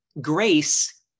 grace